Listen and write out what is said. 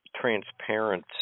transparent